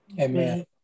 Amen